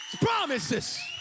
promises